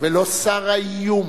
ולא סר האיום.